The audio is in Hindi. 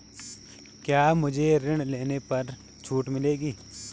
क्या मुझे ऋण लेने पर छूट मिलेगी?